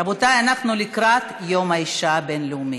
רבותיי, אנחנו לקראת יום האישה הבין-לאומי.